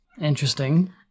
interesting